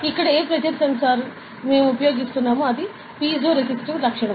ఇక్కడ ఏ pressure sensor మేము ఉపయోగిస్తాము అది పైజోరేసిటివ్ లక్షణం